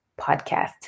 podcast